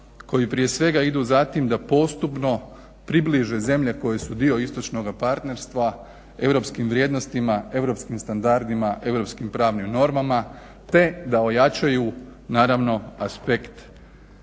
koji prije svega idu za tim da postupno približe zemlje koje su dio istočnoga partnerstva europskim vrijednostima, europskim standardima, europskim pravnim normama, te da ojačaju naravno aspekt